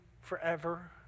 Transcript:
forever